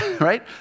right